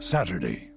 Saturday